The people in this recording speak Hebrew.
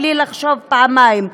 בלי לחשוב פעמיים,